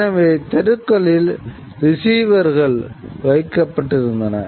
எனவே தெருக்களில் ரிசீவர்கள் நிறுவப்பட்டிருந்தன